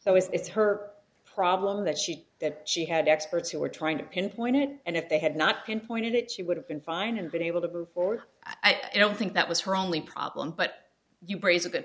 so it's her problem that she that she had experts who were trying to pinpoint it and if they had not pinpointed it she would have been fine and been able to move forward i don't think that was her only problem but you braise a